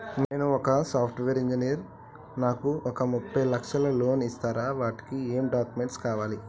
నేను ఒక software engineer నాకు ఒక ముప్పై లక్షల లోన్ ఇస్తరా? వాటికి ఏం డాక్యుమెంట్స్ కావాలి?